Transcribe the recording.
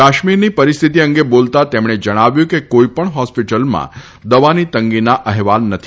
કાશ્મીરની પરિસ્થિતિ અંગે બોલતા તેમણે જણાવ્યું કે કોઇપણ ફોસ્પટલોમાં દવાની તંગીના અહેવાલ નથી